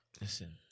Listen